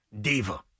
diva